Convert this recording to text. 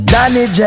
Danny